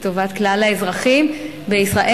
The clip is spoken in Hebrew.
לטובת כלל האזרחים בישראל.